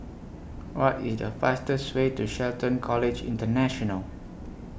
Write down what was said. What IS The fastest Way to Shelton College International